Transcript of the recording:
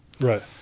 Right